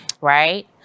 Right